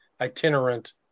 itinerant